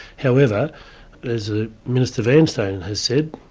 however as ah minister vanstone and has said,